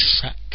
track